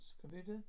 Computer